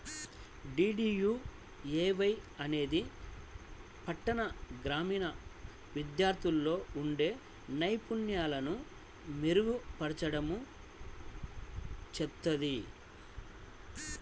DDUAY అనేది పట్టణ, గ్రామీణ విద్యార్థుల్లో ఉండే నైపుణ్యాలను మెరుగుపర్చడం చేత్తది